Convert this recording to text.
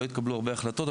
לא התקבלו הרבה החלטות,